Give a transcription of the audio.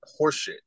horseshit